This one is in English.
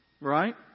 Right